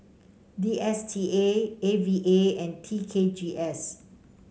D S T A A V A and T K G S